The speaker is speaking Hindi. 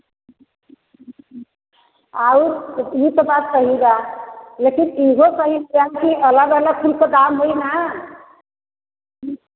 और इतनी तो बात कहिगा लेकिन इहो कही अलग अलग कुछ तो दाम होई ना